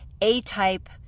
A-type